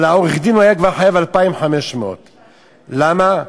אבל לעורך-דין הוא כבר היה חייב 2,500. למה?